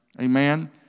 Amen